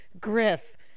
Griff